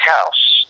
house